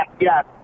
yes